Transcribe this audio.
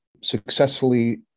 successfully